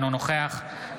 אינו משתתף